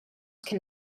can